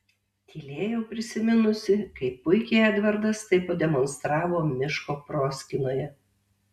tylėjau prisiminusi kaip puikiai edvardas tai pademonstravo miško proskynoje